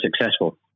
successful